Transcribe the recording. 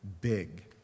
big